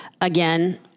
again